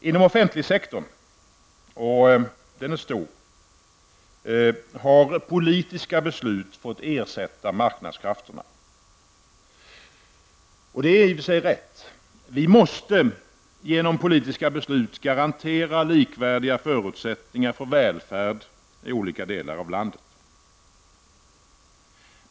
Inom den offentliga sektorn -- och den är stor -- har politiska beslut fått ersätta marknadskrafterna, och det är i och för sig riktigt. Vi måste genom politiska beslut garantera likvärdiga förutsättningar för välfärd i olika delar av landet.